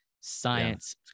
science